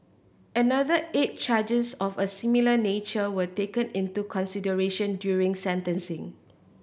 another eight charges of a similar nature were taken into consideration during sentencing